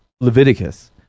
Leviticus